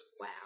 Wow